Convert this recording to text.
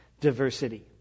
diversity